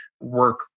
work